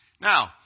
Now